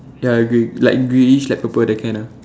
ya like grey like greyish light purple that kind ah